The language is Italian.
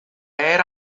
era